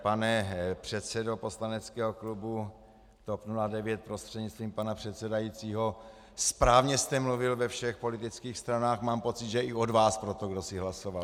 Pane předsedo poslaneckého klubu TOP 09 prostřednictvím pana předsedajícího, správně jste mluvil ve všech politických stranách, mám pocit, že i od vás pro to kdosi hlasoval.